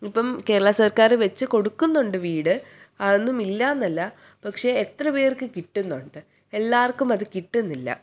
ഇപ്പം കേരളസർക്കാർ വച്ചു കൊടുക്കുന്നുണ്ട് വീട് അതൊന്നും ഇല്ലായെന്നല്ല പക്ഷെ എത്രപേർക്ക് കിട്ടുന്നുണ്ട് എല്ലാവർക്കും അത് കിട്ടുന്നില്ല